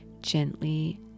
gently